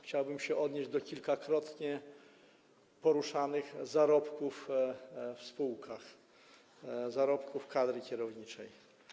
Chciałbym się odnieść do kilkakrotnie poruszanego tematu zarobków w spółkach, zarobków kadry kierowniczej.